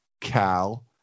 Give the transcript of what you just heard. Cal